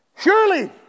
Surely